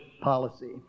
policy